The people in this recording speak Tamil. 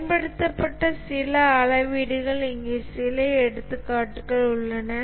பயன்படுத்தப்பட்ட சில அளவீடுகள் இங்கே சில எடுத்துக்காட்டுகள் உள்ளன